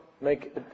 make